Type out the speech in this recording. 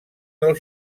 del